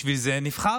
בשביל זה נבחרתם,